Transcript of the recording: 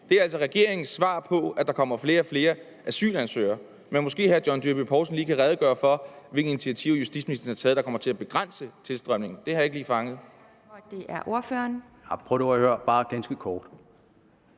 Det er altså regeringens svar på, at der kommer flere og flere asylansøgere. Måske kan hr. John Dyrby Paulsen lige redegøre for, hvilke initiativer justitsministeren har taget, der kommer til at begrænse tilstrømningen. Det har jeg ikke lige fanget.